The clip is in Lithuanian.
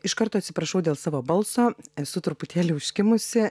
iš karto atsiprašau dėl savo balso esu truputėlį užkimusi